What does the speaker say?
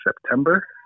September